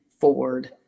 forward